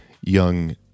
young